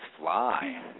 fly